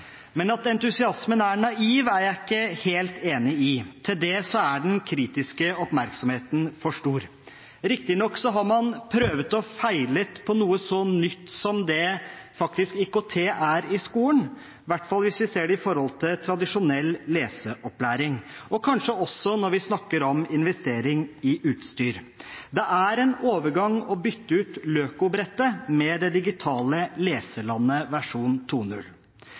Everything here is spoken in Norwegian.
Men at entusiasmen er naiv, er jeg ikke helt enig i – til det er den kritiske oppmerksomheten for stor. Riktignok har man prøvd og feilet på noe så nytt som IKT i skolen faktisk er, i hvert fall hvis man ser det i forhold til tradisjonell leseopplæring – kanskje også når vi snakker om investeringer i utstyr. Det er en overgang å bytte ut LØKO-brettet med de digitale Leseland-bøkene, versjon